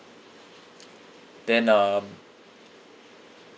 then um